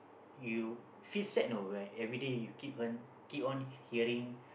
you feel sad know right everyday you keep on keep on hearing